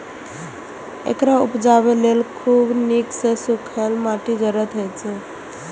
एकरा उपजाबय लेल खूब नीक सं सूखल माटिक जरूरत होइ छै